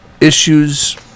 issues